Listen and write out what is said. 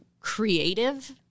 creative